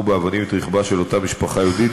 באבנים את רכבה של אותה משפחה יהודית,